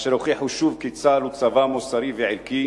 אשר הוכיחו שוב כי צה"ל הוא צבא מוסרי וערכי,